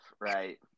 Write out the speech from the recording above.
right